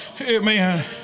Amen